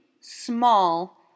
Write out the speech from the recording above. small